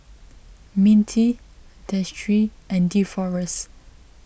Mintie Destry and Deforest